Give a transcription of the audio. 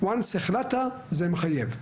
ברגע שהחלטת, זה מחייב.